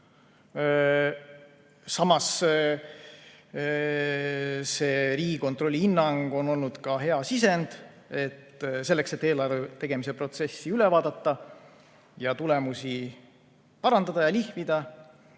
Samas on see Riigikontrolli hinnang olnud ka hea sisend selleks, et eelarve tegemise protsessi üle vaadata ning tulemusi parandada ja lihvida.